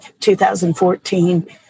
2014